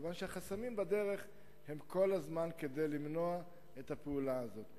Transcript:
כיוון שהחסמים בדרך כל הזמן הם כדי למנוע את הפעולה הזאת.